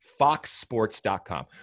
foxsports.com